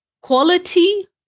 quality